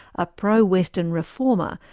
a pro-western reformer,